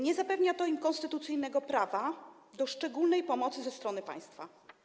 Nie zapewnia to im konstytucyjnego prawa do szczególnej pomocy ze strony państwa.